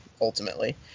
ultimately